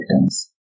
victims